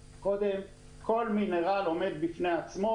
כל מינרל עומד בפני עצמו,